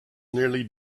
nearly